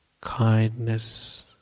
kindness